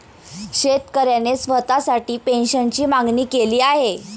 शेतकऱ्याने स्वतःसाठी पेन्शनची मागणी केली आहे